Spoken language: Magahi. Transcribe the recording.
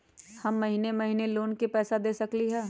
हम महिने महिने लोन के पैसा दे सकली ह?